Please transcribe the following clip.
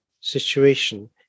situation